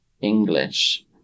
English